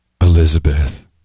Elizabeth